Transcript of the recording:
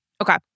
Okay